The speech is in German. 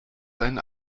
sein